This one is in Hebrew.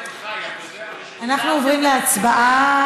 אנחנו עוברים להצבעה.